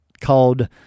called